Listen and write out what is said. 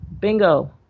bingo